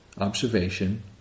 observation